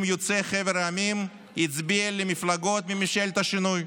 יוצאי חבר המדינות הצביע למפלגות של ממשלת השינוי.